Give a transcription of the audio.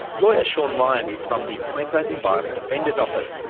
lawyer sean ryan is from the queensland environment defenders office.